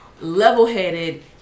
level-headed